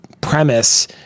premise